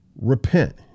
Repent